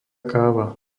káva